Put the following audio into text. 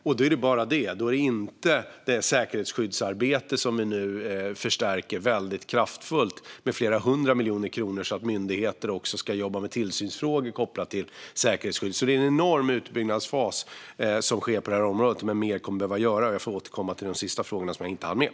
Och då är det bara till centret och inte till det säkerhetsskyddsarbete som vi nu förstärker väldigt kraftfullt med flera hundra miljoner kronor så att myndigheter också ska jobba med tillsynsfrågor kopplat till säkerhetsskydd. Det är alltså en enorm utbyggnadsfas som sker på området, men mer kommer att behöva göras. Jag får återkomma till de sista frågorna, som jag inte hann med.